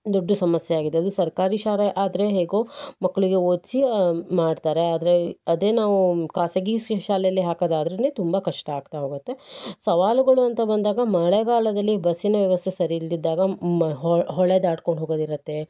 ದೊಡ್ಡ ಸಮಸ್ಯೆ ಆಗಿದೆ ಅದು ಸರ್ಕಾರಿ ಶಾಲೆ ಆದರೆ ಹೇಗೋ ಮಕ್ಕಳಿಗೆ ಓದಿಸಿ ಮಾಡ್ತಾರೆ ಆದರೆ ಅದೇ ನಾವು ಖಾಸಗಿ ಶಿಕ್ ಶಾಲೆಯಲ್ಲಿ ಹಾಕೋದಾದ್ರೆನೇ ತುಂಬ ಕಷ್ಟ ಆಗ್ತಾ ಹೋಗುತ್ತೆ ಸವಾಲುಗಳು ಅಂತ ಬಂದಾಗ ಮಳೆಗಾಲದಲ್ಲಿ ಬಸ್ಸಿನ ವ್ಯವಸ್ಥೆ ಸರಿ ಇಲ್ಲದಿದ್ದಾಗ ಮ ಹೊಳೆ ದಾಟ್ಕೊಂಡು ಹೋಗೋದಿರುತ್ತೆ